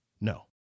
No